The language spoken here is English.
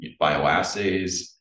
bioassays